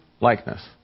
likeness